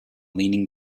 leaning